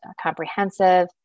comprehensive